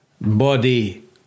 body